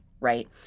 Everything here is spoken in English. right